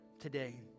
today